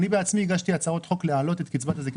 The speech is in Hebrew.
אני בעצמי הגשתי הצעות חוק להעלות את קצבת הזקנה,